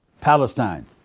Palestine